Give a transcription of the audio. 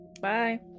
Bye